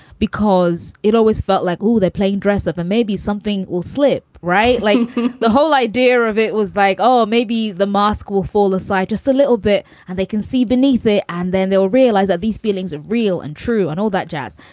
because it always felt like, oh, they played dress up and maybe something will slip. right. like the whole idea of it was like, oh, maybe the mask will fall aside just a little bit and they can see beneath it and then they'll realize that these feelings are real and true and all that jazz.